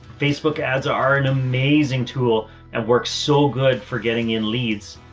facebook ads are an amazing tool and works so good for getting in leads.